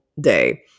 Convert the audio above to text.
day